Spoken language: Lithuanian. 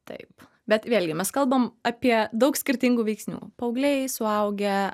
taip bet vėlgi mes kalbam apie daug skirtingų veiksnių paaugliai suaugę